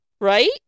Right